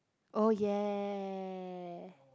oh ya